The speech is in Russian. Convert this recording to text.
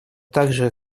также